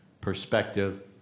perspective